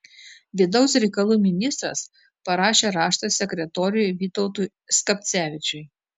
vidaus reikalų ministras parašė raštą sekretoriui vytautui skapcevičiui